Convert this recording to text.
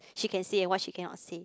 she can say and what she cannot say